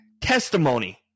testimony